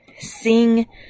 Sing